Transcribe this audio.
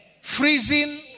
freezing